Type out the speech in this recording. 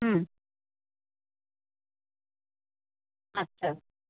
হুম আচ্ছা